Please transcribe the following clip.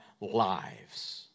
lives